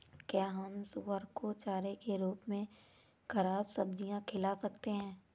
क्या हम सुअर को चारे के रूप में ख़राब सब्जियां खिला सकते हैं?